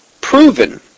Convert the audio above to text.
proven